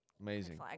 Amazing